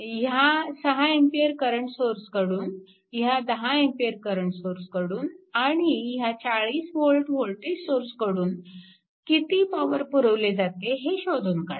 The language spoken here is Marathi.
ह्या 6A करंट सोर्सकडून ह्या 10 A करंट सोर्सकडून आणि ह्या 40V वोल्टेज सोर्स कडून किती पॉवर पुरवली जाते ते शोधून काढा